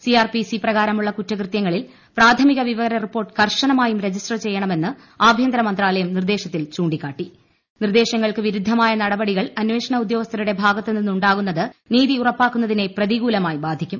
CrPC പ്രകാരമുള്ള കുറ്റകൃതൃങ്ങളിൽ പ്രാഥമിക വിവര റിപ്പോർട്ട് കർശനമായും രജിസ്റ്റർ ചെയ്യണമെന്ന് ആഭ്യന്തരമന്ത്രാലയം നിർദ്ദേശ ത്തിൽ ചൂണ്ടിക്കാട്ടി നിർദ്ദേശങ്ങൾക്ക് വിരുദ്ധമായ നടപടികൾ അന്വേഷണ ഉദ്യോഗസ്ഥരുടെ ഭാഗത്തുനിന്ന് ഉണ്ടാകുന്നത് നീതി ഉറപ്പാക്കുന്നതിനെ പ്രതികൂലമായി ബാധിക്കും